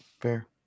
fair